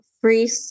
free